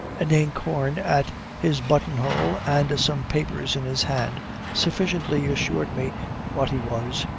an inkhorn at his buttonhole and some papers in his hand sufficiently assured me what he was,